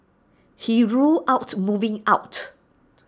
he ruled out moving out